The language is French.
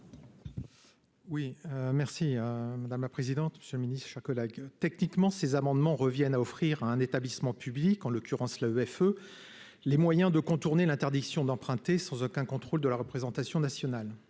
Olivier Cadic, pour explication de vote. Techniquement, ces amendements reviennent à offrir à un établissement public, en l'occurrence l'AEFE, les moyens de contourner l'interdiction d'emprunter, sans aucun contrôle de la représentation nationale.